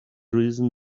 reason